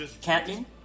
Captain